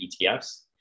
ETFs